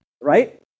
Right